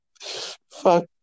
fuck